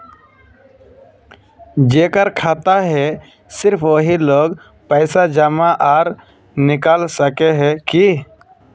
जेकर खाता है सिर्फ वही लोग पैसा जमा आर निकाल सके है की?